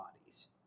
bodies